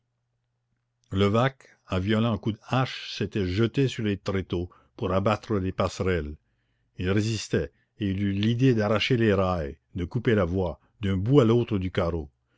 levaque à violents coups de hache s'était jeté sur les tréteaux pour abattre les passerelles ils résistaient et il eut l'idée d'arracher les rails de couper la voie d'un bout à l'autre du carreau